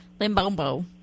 Limbombo